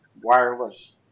wireless